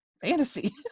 fantasy